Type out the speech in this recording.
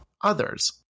others